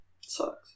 Sucks